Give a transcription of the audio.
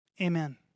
amen